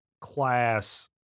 class